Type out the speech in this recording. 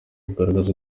kugaragaza